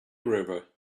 river